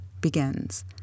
begins